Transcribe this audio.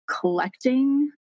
collecting